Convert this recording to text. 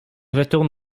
retourne